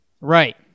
Right